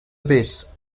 base